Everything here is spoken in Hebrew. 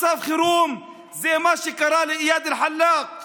מצב חירום זה מה שקרה לאיאד אלחלאק,